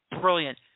brilliant